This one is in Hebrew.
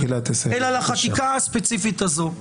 אלא לחקיקה הספציפית הזאת.